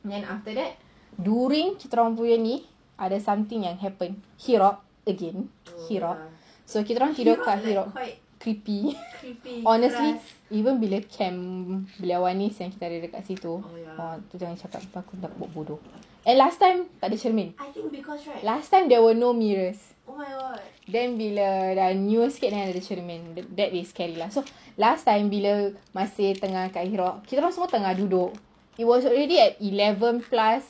then after that during kita orang punya ni ada something happen again so kita orang tidur dekat creepy honestly even bila camp bila ada kat situ itu jangan cakap aku buat bodoh and last time tak ada cermin last time there was no mirrors then we bila dah new sikit that is scary lah so last time bila masih tengah kat kita orang semua tengah duduk it was already at eleven plus